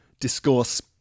discourse